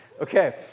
Okay